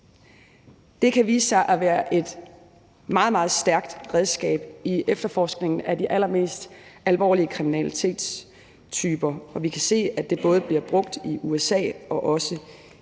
Det kan vise sig at være et meget, meget stærkt redskab i efterforskningen af de allermest alvorlige kriminalitetstyper. Vi kan se, at det bliver brugt både i USA og i